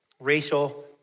Racial